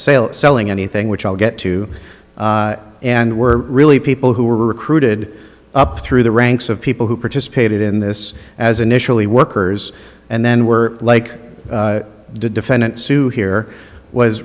sail selling anything which i'll get to and we're really people who were recruited up through the ranks of people who participated in this as initially workers and then were like the defendant sue here was